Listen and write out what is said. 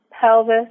pelvis